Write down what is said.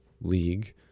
league